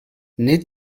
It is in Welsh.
nid